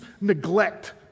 neglect